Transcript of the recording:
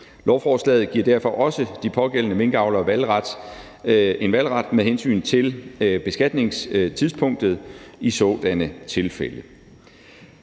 Lovforslaget giver derfor også de pågældende minkavlere en valgret med hensyn til beskatningstidspunktet i sådanne tilfælde.